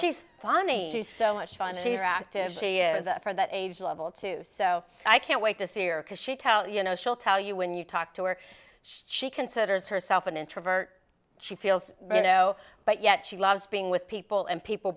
she's funny she's so much fun she's active she is for that age level too so i can't wait to see or because she tell you know she'll tell you when you talk to her she considers herself an introvert she feels you know but yet she loves being with people and people